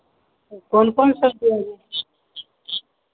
तो कौन कौन सब्ज़ियों में